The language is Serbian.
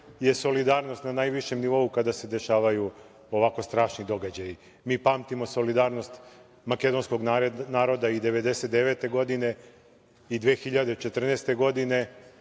je solidarnost na najvišem nivou kada se dešavaju ovako strašni događaji. Mi pamtimo solidarnost makedonskog naroda i 1999. godine i 2014. godine,